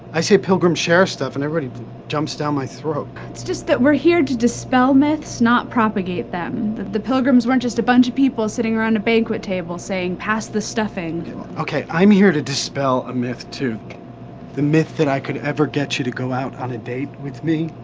i say pilgrims share stuff and everybody jumps down my throat! it's just that we're here to dispel myths, not propagate them that the pilgrims weren't just a bunch of people sitting around a banquet table saying pass the stuffing okay, i'm here to dispel a myth too the myth that i could ever get you to go out on a date with me?